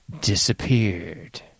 disappeared